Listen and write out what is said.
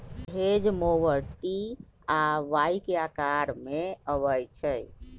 hedge mower T आ Y के अकार में अबई छई